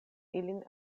ilin